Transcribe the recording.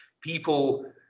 people